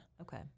Okay